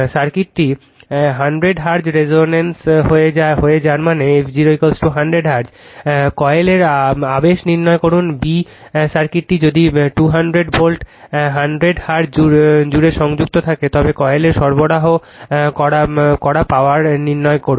সার্কিটটি 100 হার্টজে রেজোনেন্স হয় যার মানে f0100 হার্টজ ক কয়েলের আবেশ নির্ণয় করুন b সার্কিটটি যদি 200 ভোল্ট 100 হার্টজ জুড়ে সংযুক্ত থাকে তবে কয়েলে সরবরাহ করা পাওয়ার নির্ধারণ করুন